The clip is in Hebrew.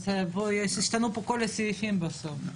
אז ישתנו פה כל הסעיפים בסוף.